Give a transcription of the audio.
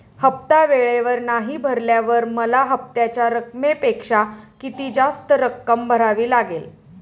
हफ्ता वेळेवर नाही भरल्यावर मला हप्त्याच्या रकमेपेक्षा किती जास्त रक्कम भरावी लागेल?